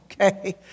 okay